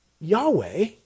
Yahweh